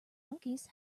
monkeys